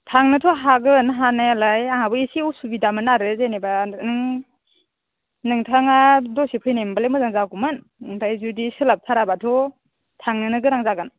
थांनोथ' हागोन हानायालाय आंहाबो इसे असुबिदामोन आरो जेनेबा नों नोंथाङा दसे फैनायमोनबालाय मोजां जागौमोन ओमफ्राय जुदि सोलाबथाराबाथ' थांनोनो गोनां जागोन